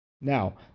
now